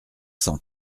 cent